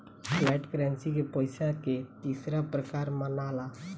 flat currency के पइसा के तीसरा प्रकार मनाला